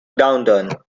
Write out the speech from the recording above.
downturn